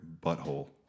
butthole